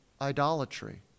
idolatry